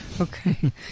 Okay